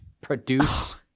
produce